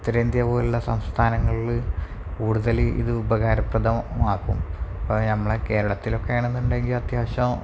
ഉത്തരേന്ത്യ പോലുള്ള സംസ്ഥാനങ്ങളില് കൂടുതല് ഇത് ഉപകാരപ്രദമാക്കും അപ്പോള് നമ്മുടെ കേരളത്തിലൊക്കെയാണെന്നുണ്ടെങ്കില് അത്യാവശ്യം